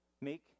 Make